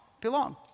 belong